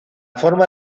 forma